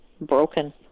broken